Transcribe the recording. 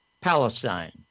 Palestine